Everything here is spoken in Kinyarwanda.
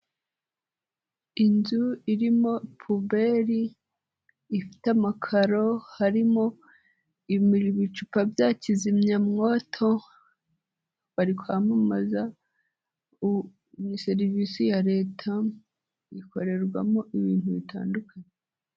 Inzu irimo puberi ifite amakaro, harimo imuri ibicupa bya kizimyamwoto, bari kwamamaza serivisi ya leta, ikorerwamo ibintu bitandukanye.